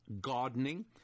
gardening